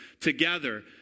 together